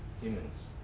humans